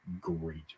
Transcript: great